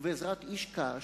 ובעזרת איש קש,